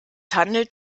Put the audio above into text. handelt